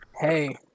Hey